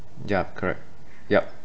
ya correct yup